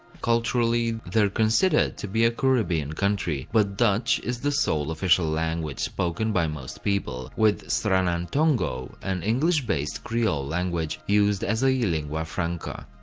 culturally, they're considered to be a caribbean country, but dutch is the sole official language spoken by most people, with sranan tongo, an english based creole language, used as a lingua franca.